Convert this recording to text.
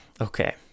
Okay